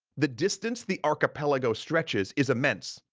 the distance the archipelago stretches is immense.